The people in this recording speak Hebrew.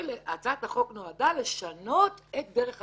שהצעת החוק נועדה לשנות את דרך הבחירה.